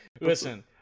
Listen